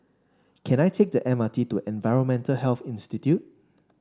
can I take the M R T to Environmental Health Institute